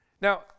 Now